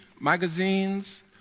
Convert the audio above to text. magazines